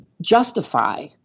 justify